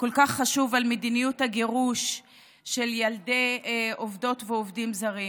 כל כך חשוב על מדיניות הגירוש של ילדי עובדות ועובדים זרים.